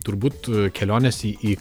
turbūt kelionės į į